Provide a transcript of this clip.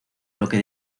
bloque